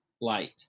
light